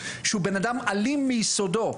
שהוא בנאדם אלים מיסודו,